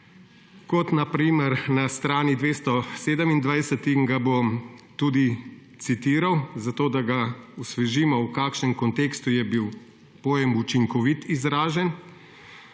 kot na primer na strani 227. Ga bom tudi citiral, zato da ga osvežimo, v kakšnem kontekstu je bil pojem učinkovit izražen.